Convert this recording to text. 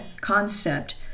concept